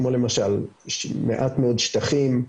כמו למשל מעט מאוד שטחים,